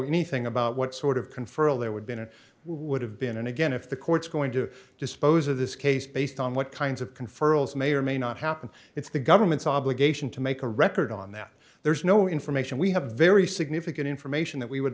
anything about what sort of conferral there would been it would have been and again if the court's going to dispose of this case based on what kinds of conferral may or may not happen it's the government's obligation to make a record on that there's no information we have very significant information that we would